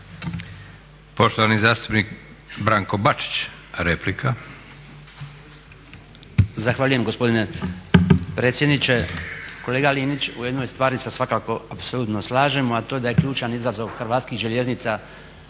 Poštovani zastupnik Branko Vukšić, replika.